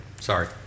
Sorry